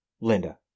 Linda